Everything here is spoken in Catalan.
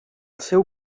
seu